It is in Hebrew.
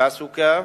תעסוקה,